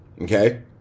Okay